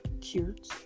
cute